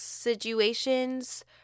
situations